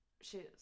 shoes